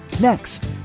Next